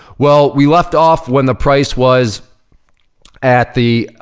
well, we left off when the price was at the,